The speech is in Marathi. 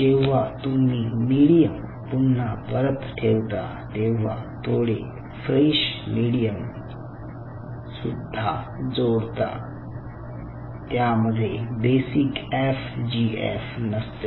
जेव्हा तुम्ही मिडीयम पुन्हा परत ठेवता तेव्हा थोडे फ्रेश मिडीयम सुद्धा जोडता त्यामध्ये बेसिक एफजीएफ नसते